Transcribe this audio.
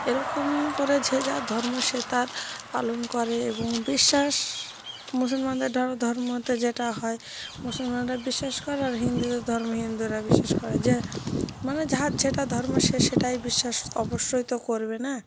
এরকমই করে যে যার ধর্ম সে তার পালন করে এবং বিশ্বাস মুসলমানদের ধরো ধর্মতে যেটা হয় মুসলমানরা বিশ্বাস করে আর হিন্দুদের ধর্ম হিন্দুরা বিশ্বাস করে যে মানে যার যেটা ধর্ম সে সেটায় বিশ্বাস অবশ্যই তো করবে না